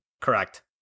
Correct